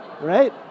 Right